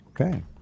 Okay